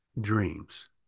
dreams